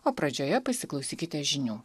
o pradžioje pasiklausykite žinių